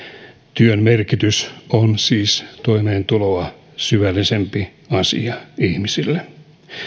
työn merkitys on siis toimeentuloa syvällisempi asia ihmisille